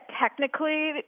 technically